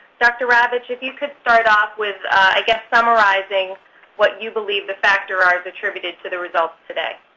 dr. ravitch, if you could start off with, i guess, summarizing what you believe the factors are attributed to the results today.